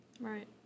Right